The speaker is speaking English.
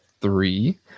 three